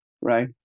right